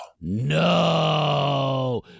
No